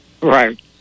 Right